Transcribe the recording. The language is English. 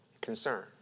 Concern